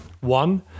one